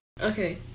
Okay